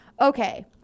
Okay